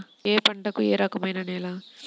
ఏ పంటకు ఏ రకమైన నేల?